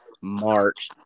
March